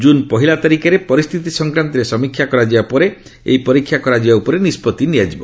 କୁନ୍ ପହିଲା ତାରିଖରେ ପରିସ୍ଥିତି ସଂକ୍ରାନ୍ତରେ ସମୀକ୍ଷା କରାଯିବା ପରେ ଏହି ପରୀକ୍ଷା କରାଯିବା ଉପରେ ନିଷ୍ପଭି ନିଆଯିବ